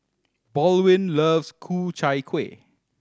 Baldwin love Ku Chai Kueh